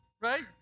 right